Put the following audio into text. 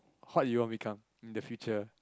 what you want become in the future